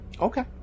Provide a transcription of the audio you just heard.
Okay